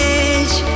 edge